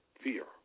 fear